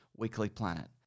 weeklyplanet